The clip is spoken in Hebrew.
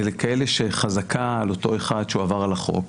זה לכאלה שחזקה על אותו שעבר על החוק.